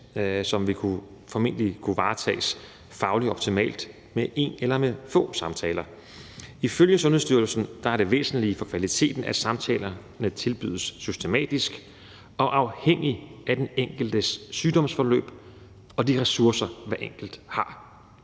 som formentlig vil kunne varetages fagligt optimalt med en eller med få samtaler. Ifølge Sundhedsstyrelsen er det væsentlige for kvaliteten, at samtalerne tilbydes systematisk og afhængigt af den enkeltes sygdomsforløb og de ressourcer, hver enkelt har.